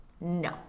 no